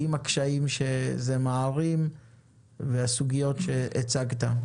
עם הקשיים שזה מערים והסוגיות שהצגת.